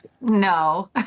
No